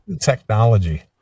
Technology